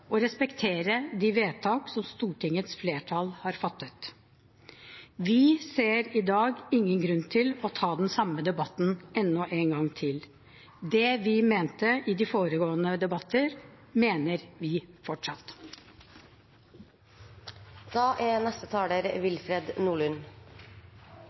respektere de vedtak som Stortingets flertall har fattet. Vi ser i dag ingen grunn til å ta den samme debatten enda en gang. Det vi mente i de foregående debatter, mener vi